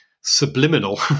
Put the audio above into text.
subliminal